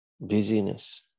busyness